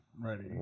ready